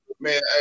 Man